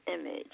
image